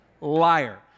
liar